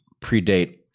predate